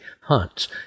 hunts